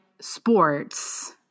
sports